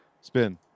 Spin